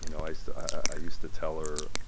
you know i so i used to tell her,